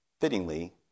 fittingly